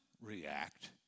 react